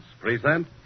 present